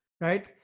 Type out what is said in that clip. Right